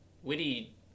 witty